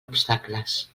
obstacles